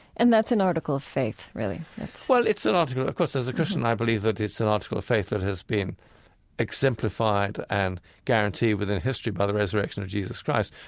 and that's an article of faith, really well, it's an article. of course, as a christian, i believe that it's an article of faith that has been exemplified and guaranteed within history by the resurrection of jesus christ,